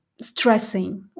stressing